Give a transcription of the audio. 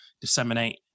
disseminate